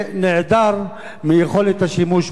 נעדרת יכולת השימוש בו?